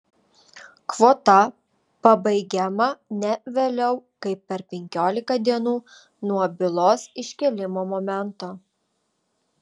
kvota pabaigiama ne vėliau kaip per penkiolika dienų nuo bylos iškėlimo momento